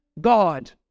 God